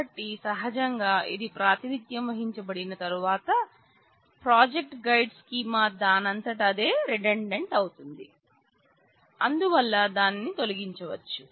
కాబట్టి సహజంగా ఇది ప్రాతినిధ్యం వహించబడిన తరువాత ప్రాజెక్ట్ గైడ్ స్కీమా దానంతట అదే రీడంట్ అవుతుంది అందువల్ల దానిని తొలగించవచ్చు